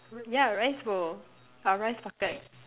yeah rice bowl or rice packet